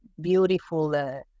beautiful